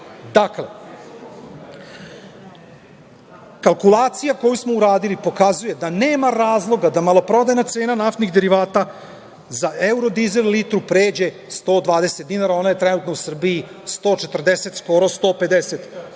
kalkulacija koju smo uradili pokazuje da nema razloga da maloprodajna cena naftnih derivata za evrodizel litru pređe 120 dinara. Ona je trenutno u Srbiji 140, skoro 150 dinara.